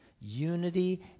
Unity